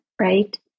right